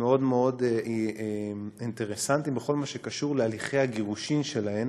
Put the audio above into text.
מאוד מאוד אינטרסנטיים בכל מה שקשור להליכי הגירושין שלהן